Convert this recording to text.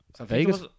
Vegas